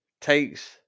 takes